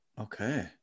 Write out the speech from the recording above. Okay